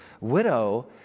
widow